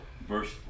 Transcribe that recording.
verse